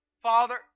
Father